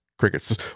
crickets